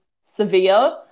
severe